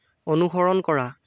অনুসৰণ কৰা